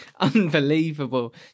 unbelievable